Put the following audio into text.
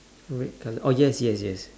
red colour oh yes yes yes